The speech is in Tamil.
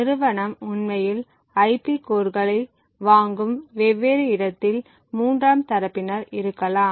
நிறுவனம் உண்மையில் ஐபி கோர்களை வாங்கும் வெவ்வேறு இடத்தில் மூன்றாம் தரப்பினர் இருக்கலாம்